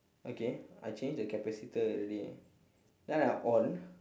okay I change the capacitor already then I on